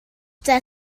their